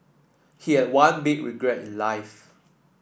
he had one big regret in life